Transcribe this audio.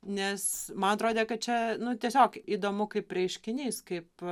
nes man atrodė kad čia nu tiesiog įdomu kaip reiškinys kaip